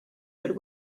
but